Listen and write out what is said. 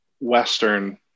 Western